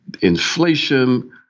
inflation